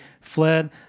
fled